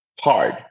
hard